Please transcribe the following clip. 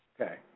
Okay